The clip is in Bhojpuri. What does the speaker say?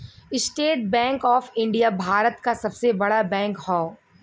estate bank of India Bharat क सबसे बड़ा बैंक हौ